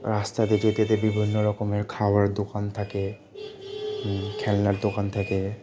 রাস্তাতে যেতে যেতে বিভিন্ন রকমের খাওয়ার দোকান থাকে খেলনার দোকান থাকে